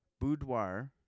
Boudoir